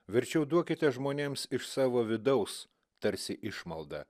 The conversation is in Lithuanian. verčiau duokite žmonėms iš savo vidaus tarsi išmaldą